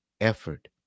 effort